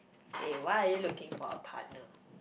okay why are you looking for a partner